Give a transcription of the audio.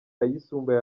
ayisumbuye